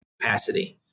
capacity